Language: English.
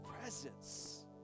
presence